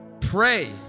Pray